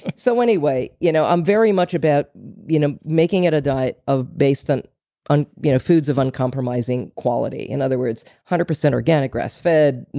so anyway you know i'm very much about you know making it a diet of based on on you know foods of uncompromising quality. in other words, one hundred percent organic, grass fed,